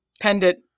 pendant